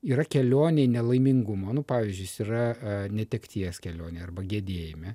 yra kelionėj nelaimingumo nu pavyzdžiui jis yra netekties kelionėj arba gedėjime